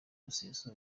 museso